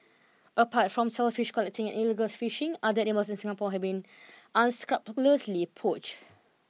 apart from shellfish collecting and illegal fishing other animals in Singapore have been unscrupulously poached